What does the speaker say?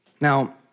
Now